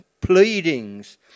pleadings